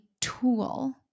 tool